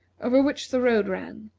over which the road ran,